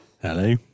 Hello